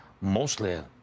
mostly